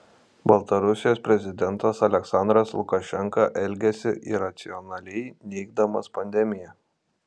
baltarusijos prezidentas aliaksandras lukašenka elgiasi iracionaliai neigdamas pandemiją